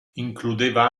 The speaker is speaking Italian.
includeva